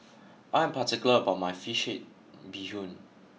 I am particular about my Fish Head Bee Hoon